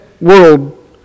world